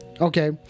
Okay